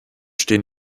stehen